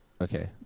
Okay